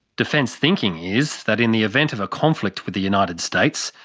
defence thinking is that in the event of a conflict with the united states,